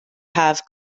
have